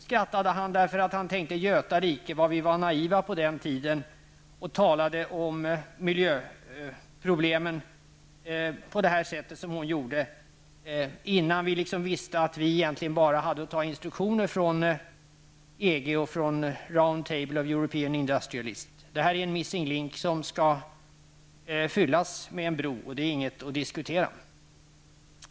Skrattade han för att han tänkte på hur naiva de var på den tiden när de talade om miljöproblemen på det sätt som hon gjorde, innan man visste att man egentligen bara hade att ta instruktioner från EG och från ''Round Table of European Industrialist''? Detta är en ''missing link'' som skall fyllas med en bro, och det är inget att diskutera.